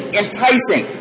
enticing